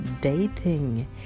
dating